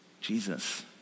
Jesus